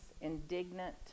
indignant